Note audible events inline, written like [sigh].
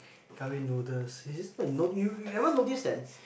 curry noodles is this [noise] you you ever notice that